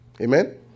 Amen